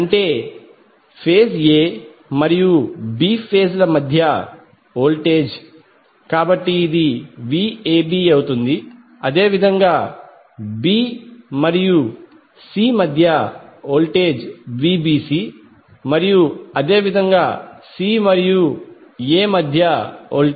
అంటే phase a మరియు b phase ల మధ్య వోల్టేజ్ కాబట్టి ఇది Vab అవుతుంది అదేవిధంగా b మరియు c మధ్య వోల్టేజ్ Vbc మరియు అదేవిధంగా మళ్ళీ c మరియు a మధ్య Vca